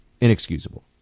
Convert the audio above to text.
inexcusable